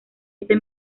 ese